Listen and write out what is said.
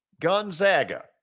Gonzaga